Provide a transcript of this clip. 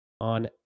on